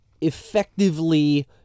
effectively